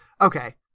Okay